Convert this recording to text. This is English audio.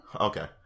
Okay